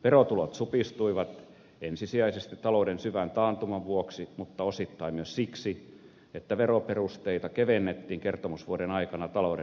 verotulot supistuivat ensisijaisesti talouden syvän taantuman vuoksi mutta osittain myös siksi että veroperusteita kevennettiin kertomusvuoden aikana talouden elvyttämiseksi